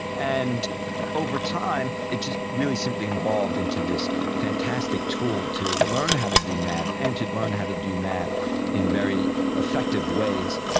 and over time it just really simply evolved into this fantastic tool to learn how to do maths and to learn how to do maths in very effective ways.